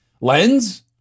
lens